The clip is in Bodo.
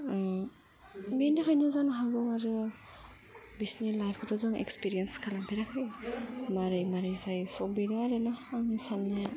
बिनि थाखायनो जानो हागौ आरो बिसिनि लाइफखौथ' जोङो एक्सपिरियेन्स खालामफेराखै मारै मारै जायो स' बेनो आरो आंनि साननाया